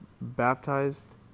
baptized